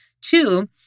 Two